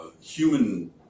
human